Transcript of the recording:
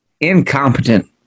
incompetent